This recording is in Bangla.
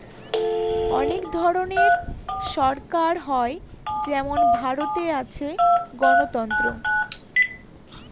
অনেক ধরনের সরকার হয় যেমন ভারতে আছে গণতন্ত্র